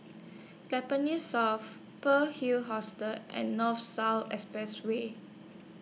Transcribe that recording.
Tampines South Pearl's Hill Hostel and North South Expressway